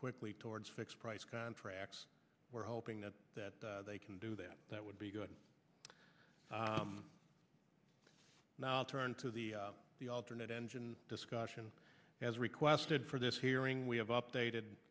quickly towards fixed price contracts we're hoping that that they can do that that would be good now turn to the the alternate engine discussion as requested for this hearing we have updated